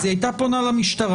היא הייתה פונה למשטרה.